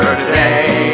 today